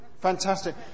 fantastic